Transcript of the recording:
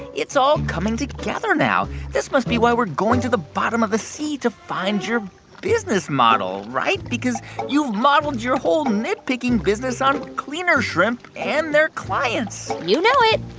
it's all coming together now. this must be why we're going to the bottom of the sea to find your business model right? because you've modeled your whole nitpicking business on cleaner shrimp and their clients you know it.